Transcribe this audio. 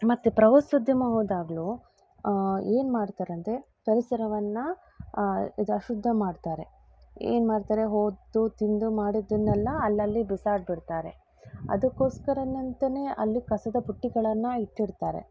ಮತ್ತು ಪ್ರವಾಸೋದ್ಯಮ ಹೋದಾಗಲೂ ಏನು ಮಾಡ್ತಾರೆ ಅಂದರೆ ಪರಿಸರವನ್ನು ಇದು ಅಶುದ್ಧ ಮಾಡ್ತಾರೆ ಏನು ಮಾಡ್ತಾರೆ ಹೋದ್ದು ತಿಂದು ಮಾಡಿದ್ದನ್ನೆಲ್ಲ ಅಲ್ಲಲ್ಲಿ ಬಿಸಾಡಿಬಿಡ್ತಾರೆ ಅದಕ್ಕೋಸ್ಕರನಂತನೇ ಅಲ್ಲಿ ಕಸದಬುಟ್ಟಿಗಳನ್ನು ಇಟ್ಟಿರ್ತಾರೆ